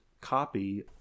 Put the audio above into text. copy